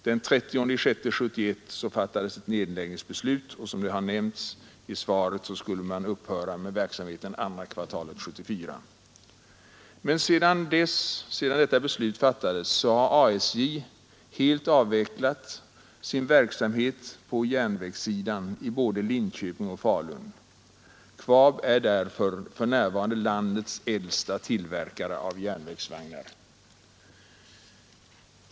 Den 30 juni 1971 fattades ett nedläggningsbeslut, och som det har nämnts i svaret skulle man enligt detta upphöra med verksamheten andra kvartalet 1974. Men sedan detta beslut fattades har ASJ helt avvecklat sin verksamhet på järnvägsområdet i både Linköping och Falun. KVAB är därför för närvarande landets äldsta tillverkare av järnvägsvagnar.